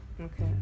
okay